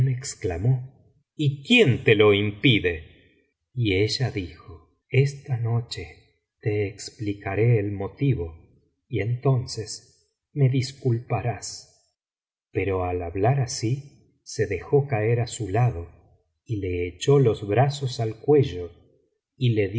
exclamó y quién te lo impide y ella dijo esta noche te explicaré el motivo y entonces me disculparás pero al hablar así se dejó caerá su lado y le echó los brazos al cuello y le